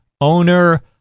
owner